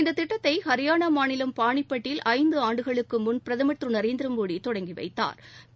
இந்த திட்டத்தை ஹரியானா மாநிலம் பானிப்பட்டில் ஐந்து ஆண்டுகளுக்கு முன் பிரதம் திரு நரேந்திரமோடி தொடங்கி வைத்தாா்